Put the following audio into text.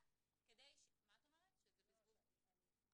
--- לאור